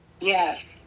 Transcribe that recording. Yes